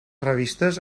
revistes